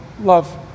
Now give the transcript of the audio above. love